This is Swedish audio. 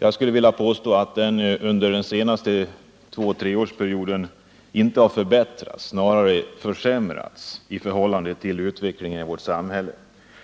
Jag skulle vilja påstå att arbetsmiljön under den senaste tvåtre-årsperioden inte har förbättrats utan snarare försämrats i förhållande till utvecklingen i vårt samhälle.